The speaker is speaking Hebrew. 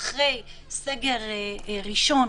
אחרי סגר ראשון,